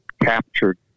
captured